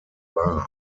wahr